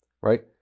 right